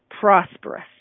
prosperous